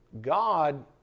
God